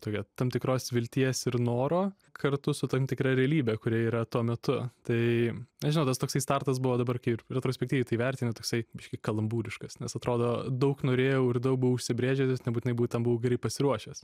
turėt tam tikros vilties ir noro kartu su tam tikra realybe kuri yra tuo metu tai nežinau tas toksai startas buvo dabar kai retrospektyviai tai vertinti toksai biškį kalambūriškas nes atrodo daug norėjau ir daug buvau užsibrėžęs nebūtinai buvau ten buvau gerai pasiruošęs